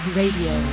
radio